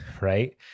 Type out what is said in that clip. right